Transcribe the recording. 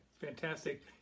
fantastic